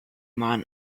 man